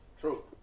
True